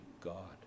God